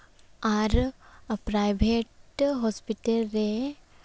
ᱟᱨ private hospital ᱨᱮ